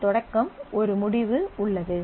ஒரு தொடக்கம் ஒரு முடிவு உள்ளது